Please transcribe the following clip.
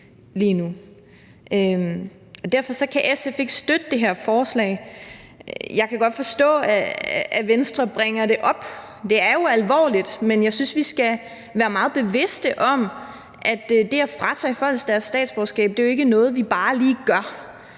Derfor kan SF ikke støtte det her forslag. Jeg kan godt forstå, at Venstre bringer det op. Det er jo alvorligt, men jeg synes, vi skal være meget bevidste om, at det at fratage folk deres statsborgerskab jo ikke er noget, vi bare lige gør.